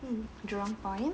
jurong point